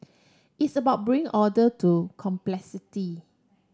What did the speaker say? it's about bring order to complexity